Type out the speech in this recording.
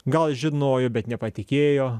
gal žinojo bet nepatikėjo